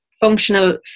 functional